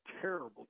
terrible